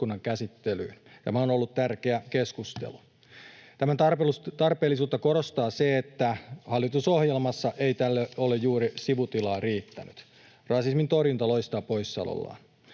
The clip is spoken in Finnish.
tämä on ollut tärkeä keskustelu. Tämän tarpeellisuutta korostaa se, että hallitusohjelmassa ei tälle ole juuri sivutilaa riittänyt. Rasismin torjunta loistaa poissaolollaan.